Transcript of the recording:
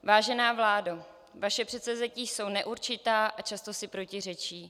Vážená vládo, vaše předsevzetí jsou neurčitá a často si protiřečí.